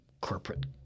corporate –